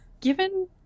given